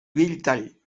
belltall